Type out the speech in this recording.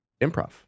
improv